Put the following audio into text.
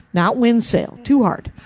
not wind sail-too hard.